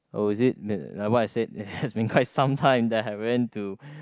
oh is it like what I said it has been quite some time that I went to